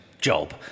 job